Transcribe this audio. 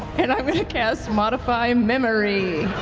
and i'm going to cast modify memory.